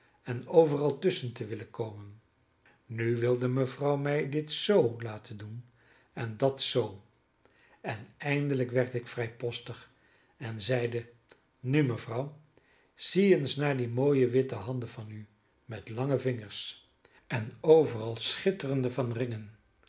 en overal tusschen te willen komen nu wilde mevrouw mij dit z laten doen en dat z en eindelijk werd ik vrijpostig en zeide nu mevrouw zie eens naar die mooie witte handen van u met lange vingers en overal schitterende van ringen